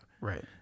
Right